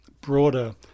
broader